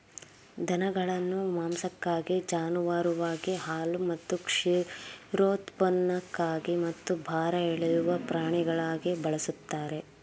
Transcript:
ದನಗಳನ್ನು ಮಾಂಸಕ್ಕಾಗಿ ಜಾನುವಾರುವಾಗಿ ಹಾಲು ಮತ್ತು ಕ್ಷೀರೋತ್ಪನ್ನಕ್ಕಾಗಿ ಮತ್ತು ಭಾರ ಎಳೆಯುವ ಪ್ರಾಣಿಗಳಾಗಿ ಬಳಸ್ತಾರೆ